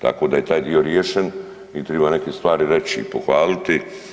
Tako da je taj dio riješen i treba neke stvari reći i pohvaliti.